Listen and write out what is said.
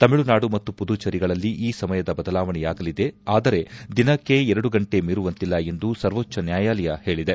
ತಮಿಳುನಾಡು ಮತ್ತು ಪುದುಚೆರಿಗಳಲ್ಲಿ ಈ ಸಮಯದ ಬದಲಾವಣೆಯಾಗಲಿದೆ ಆದರೆ ದಿನಕ್ಕೆ ಎರಡು ಗಂಟೆ ಮೀರುವಂತಿಲ್ಲ ಎಂದು ಸರ್ವೋಚ್ವ ನ್ಯಾಯಾಲಯ ಹೇಳದೆ